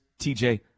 TJ